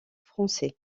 français